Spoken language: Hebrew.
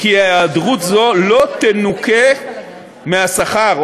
כי היעדרות זו לא תנוכה מהשכר,